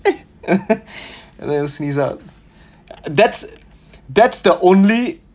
eh and then sneeze up that's that's the only